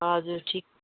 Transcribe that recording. हजुर ठिक